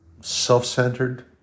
self-centered